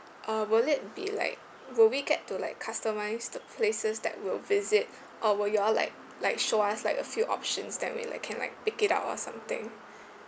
uh will it be like will we get to like customise the places that we'll visit or will you all like like show us like a few options then we like can like pick it out or something